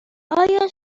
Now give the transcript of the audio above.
آیا